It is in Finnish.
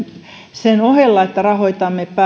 sen ohella että rahoitamme